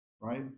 right